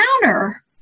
counter